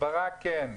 הסברה כן,